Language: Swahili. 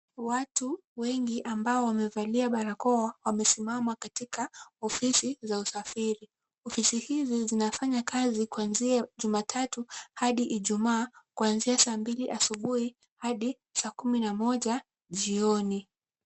Watu wengi ambao wamevalia barakoa wamesimama katika ofisi za usafiri. Ofisi hizi zinafanya kazi kuanzia jumatatu hadi Ijumaa kuanzia saa mbili asubuhi hadi saa kumi na moja jioni.